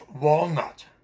walnut